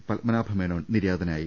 പത്മനാഭമേനോൻ നിര്യാതനായി